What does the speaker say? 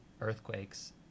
earthquakes